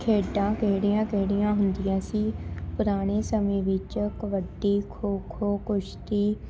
ਖੇਡਾਂ ਕਿਹੜੀਆਂ ਕਿਹੜੀਆਂ ਹੁੰਦੀਆਂ ਸੀ ਪੁਰਾਣੇ ਸਮੇਂ ਵਿੱਚ ਕਬੱਡੀ ਖੋ ਖੋ ਕੁਸ਼ਤੀ